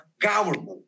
government